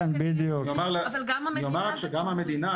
אני אומר רק שגם המדינה,